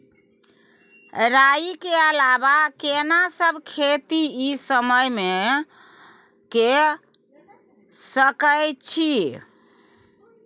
राई के अलावा केना सब खेती इ समय म के सकैछी?